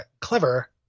clever